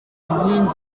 inkigni